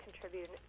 contribute